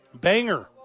Banger